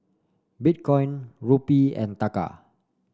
Bitcoin Rupee and Taka